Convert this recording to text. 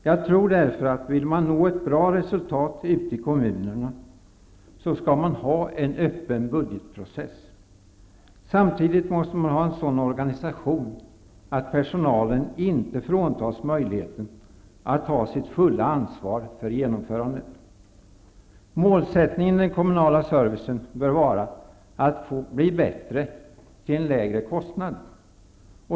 Jag tror därför att om man vill nå ett bra resultat ute i kommunerna skall man ha en öppen budgetprocess. Samtidigt måste man ha en sådan organisation att personalen inte fråntas möjligheten att ta sitt fulla ansvar för genomförandet. Målet för den kommunala servicen bör vara att bli bättre till en lägre kostnad.